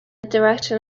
direction